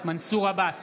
מנסור עבאס,